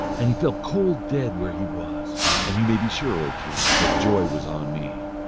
and he fell cold dead where he was and you may be sure, o king, that joy was on me.